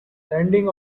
landing